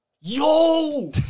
Yo